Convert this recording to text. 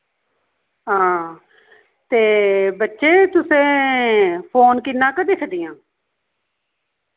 हां ते बच्चे तुसैं फोन किन्ना क दिखदियां